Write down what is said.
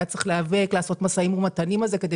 היה צריך להיאבק ולעשות משאים ומתנים על זה כדי